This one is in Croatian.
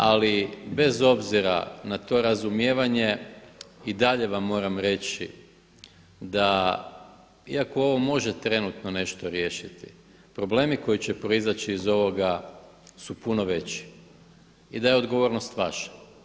Ali bez obzira na to razumijevanje i dalje vam moram reći da iako ovo može trenutno nešto riješiti, problemi koji će proizaći iz ovoga su puno veći i da je odgovornost vaša.